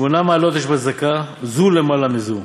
"שמונה מעלות יש בצדקה, זו למעלה מזו,